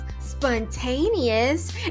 spontaneous